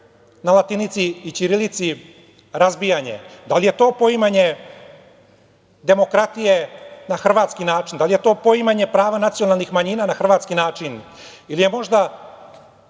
na latinici i ćirilici razbijene? Da li je to poimanje demokratije na hrvatski način? Da li je to poimanje prava nacionalnih manjina na hrvatski način? Ili je možda